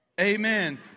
Amen